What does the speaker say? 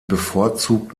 bevorzugt